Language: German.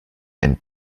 ein